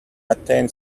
attain